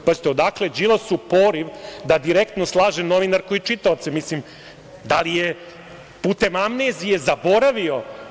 Pazite, odakle Đilasu poriv da direktno slaže novinarku i čitaoce, mislim da li je putem amnezije zaboravio?